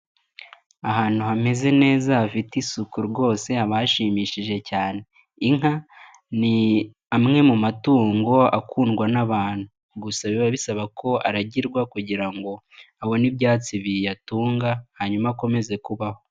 Ahantu hameze neza hafite isuku rwose abashimishije cyane. Inka ni amwe mu matungo akundwa n'abantu. Gusa biba bisaba ko aragirwa kugira ngo abone ibyatsi biyatunga, hanyuma akomeze kubaho.